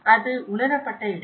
அது உணரப்பட்ட இடம்